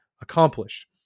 accomplished